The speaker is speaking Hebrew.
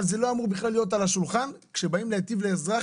אבל זה לא אמור בכלל להיות על השולחן כשבאים להיטיב לאזרח.